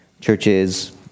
Churches